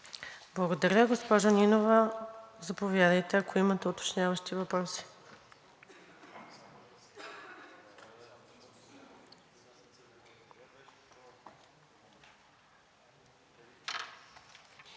Благодаря. Госпожо Нинова, заповядайте, ако имате уточняващи въпроси.